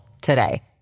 today